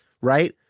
right